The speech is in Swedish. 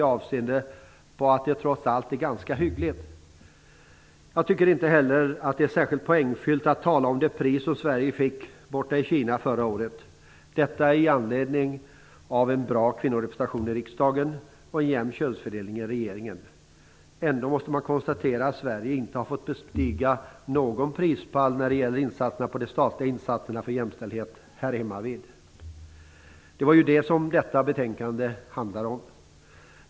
Man menar att det trots allt är ganska hyggligt. Jag tycker inte heller att det är särskilt poängfyllt att tala om det pris Sverige fick borta i Kina förra året, i anledning av en bra kvinnorepresentation i riksdagen och en jämn könsfördelning i regeringen. Ändå måste man konstatera att Sverige inte har fått bestiga någon prispall när det gäller de statliga insatserna för jämställdheten här hemmavid - och det är ju det som betänkandet handlar om.